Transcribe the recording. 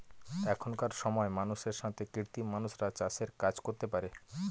এখনকার সময় মানুষের সাথে কৃত্রিম মানুষরা চাষের কাজ করতে পারে